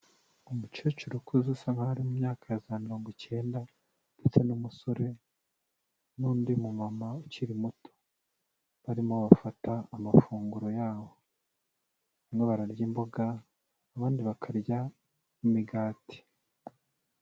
Umukecuru ukuze usa nkaho ari mu myaka ya za mirongo icyenda ndetse n'umusore n'undi mumama ukiri muto. Barimo bafata amafunguro yabo. Bamwe bararya imboga, abandi bakarya imigati.